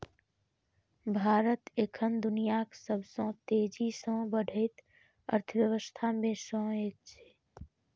भारत एखन दुनियाक सबसं तेजी सं बढ़ैत अर्थव्यवस्था मे सं एक छै